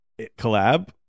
collab